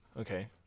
Okay